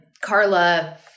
Carla